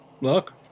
Look